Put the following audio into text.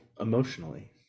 emotionally